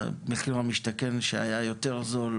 מחיר למשתכן שהיה יותר זול,